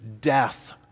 death